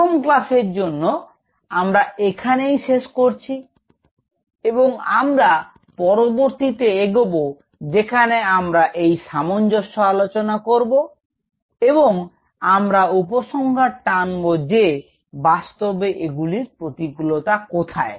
প্রথম ক্লাসের জন্য আমরা এখানেই শেষ করছি এবং আমরা পরবর্তীতে এগোবো যেখানে আমরা এই সামঞ্জস্য আলোচনা করব এবং আমরা উপসংহার টানব যে বাস্তবে এগুলির প্রতিকূলতা কোথায়